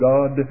God